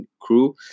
crew